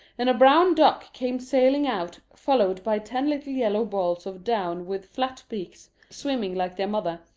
and a brown duck came sailing out, followed by ten little yellow balls of down with flat beaks, swimming like their mother,